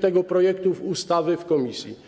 tego projektu ustawy w komisji.